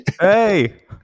hey